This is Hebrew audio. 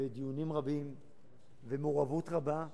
בדיונים רבים ומעורבות רבה,